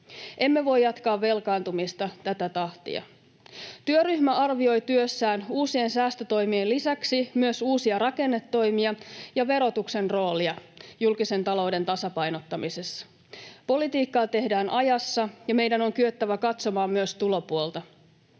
Emme voi jatkaa velkaantumista tätä tahtia. Työryhmä arvioi työssään uusien säästötoimien lisäksi uusia rakennetoimia ja verotuksen roolia julkisen talouden tasapainottamisessa. Politiikkaa tehdään ajassa, ja meidän on kyettävä katsomaan myös tulopuolta.